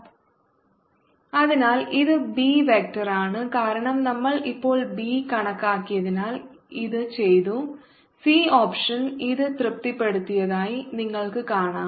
Btotal 02πRC Q0e tRCs 02πRCQ0e tRC sa2 Btotal 0Q0e tRC2πRC 1s sa2 അതിനാൽ ഇത് B വെക്റ്ററാണ് കാരണം നമ്മൾ ഇപ്പോൾ ബി കണക്കാക്കിയതിനാൽ ഇത് ചെയ്തു സി ഓപ്ഷൻ ഇത് തൃപ്തിപ്പെടുത്തിയതായി നിങ്ങൾക്ക് കാണാം